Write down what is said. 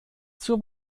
zur